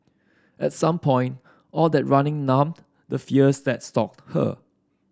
at some point all that running numbed the fears that stalked her